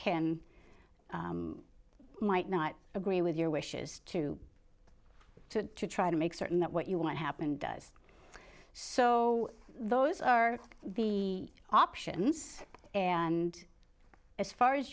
kin might not agree with your wishes to try to make certain that what you want to happen does so those are the options and as far as